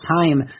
time